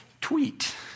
tweet